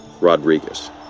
Rodriguez